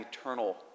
eternal